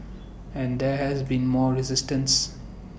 and there has been more resistance